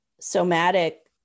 somatic